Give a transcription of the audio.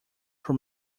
who